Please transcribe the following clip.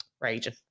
Raging